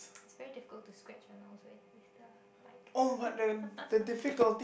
it's very difficult to scratch your nose when with the mic